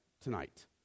tonight